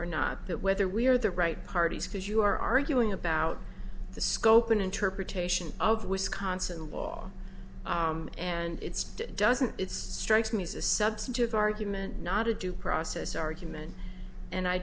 or not that whether we are the right parties because you are arguing about the scope and interpretation of wisconsin law and it's doesn't it's strikes me as a substantive argument not a due process argument and i